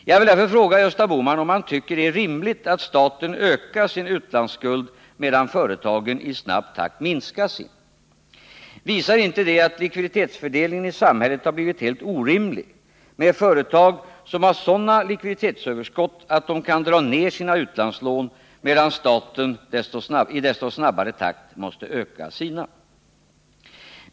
Jag vill därför fråga Gösta Bohman, om han tycker att det är rimligt att staten ökar sin utlandsskuld, medan företagen i snabb takt minskar sin. Har inte likviditetsfördelningen i samhället blivit helt orimlig, då företag har sådana likviditetsöverskott att de kan minska sina utlandslån, medan staten i så mycket snabbare takt måste öka sina?